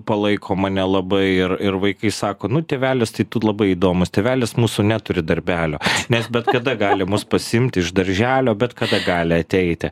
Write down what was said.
palaiko mane labai ir ir vaikai sako nu tėvelis tai tu labai įdomus tėvelis mūsų neturi darbelio nes bet kada gali mus pasiimt iš darželio bet kada gali ateiti